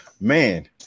Man